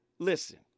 Listen